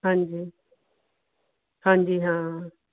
ਹਾਂਜੀ ਹਾਂਜੀ ਹਾਂ